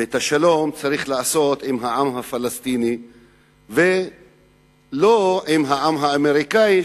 ואת השלום צריך לעשות עם העם הפלסטיני ולא עם העם האמריקני,